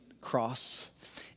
cross